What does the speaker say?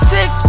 Six